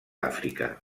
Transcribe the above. àfrica